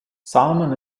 salmon